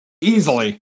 Easily